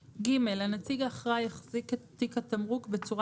הנציג האחראי יחזיק את תיק התמרוק בצורה